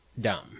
dumb